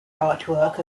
artwork